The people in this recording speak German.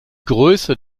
größe